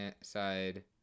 side